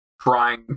trying